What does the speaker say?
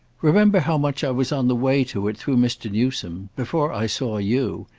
remember how much i was on the way to it through mr. newsome before i saw you.